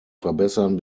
verbessern